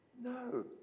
No